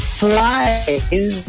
flies